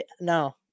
No